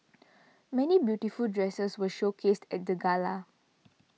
many beautiful dresses were showcased at the gala